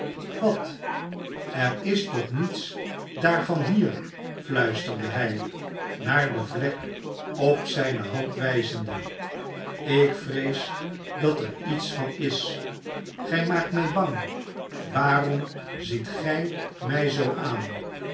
watf er is toch niets daarvan hier fluisterde hij naar de vlek op zijne hand wijzende ik vrees dat er iets van is gij maakt mij bang waarom ziet gij mij zoo aan